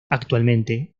actualmente